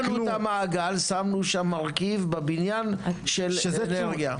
שמנו שם מרכיב בבניין של אנרגיה.